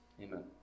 Amen